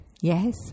Yes